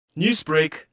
Newsbreak